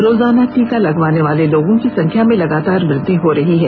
रोजाना टीका लगवाने वाले लोगों की संख्या में लगातार वृद्धि हो रही है